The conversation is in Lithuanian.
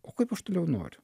o kaip aš toliau noriu